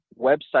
website